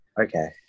Okay